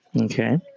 Okay